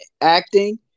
acting